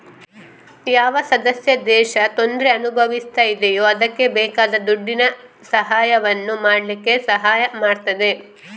ಯಾವ ಸದಸ್ಯ ದೇಶ ತೊಂದ್ರೆ ಅನುಭವಿಸ್ತಾ ಇದೆಯೋ ಅದ್ಕೆ ಬೇಕಾದ ದುಡ್ಡಿನ ಸಹಾಯವನ್ನು ಮಾಡ್ಲಿಕ್ಕೆ ಸಹಾಯ ಮಾಡ್ತದೆ